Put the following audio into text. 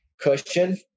cushion